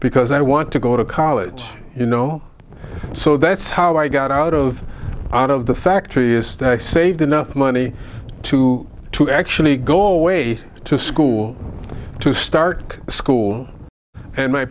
because i want to go to college you know so that's how i got out of out of the factory is that i saved enough money to to actually go away to school to start school and